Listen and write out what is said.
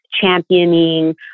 championing